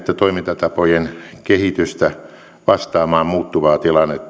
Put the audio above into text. toimintatapojen kehitystä vastaamaan muuttuvaa tilannetta